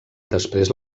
després